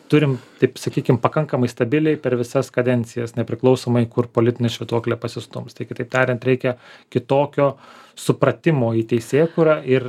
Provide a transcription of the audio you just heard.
turim taip sakykim pakankamai stabiliai per visas kadencijas nepriklausomai kur politinė švytuoklė pasistums tai kitaip tariant reikia kitokio supratimo į teisėkūrą ir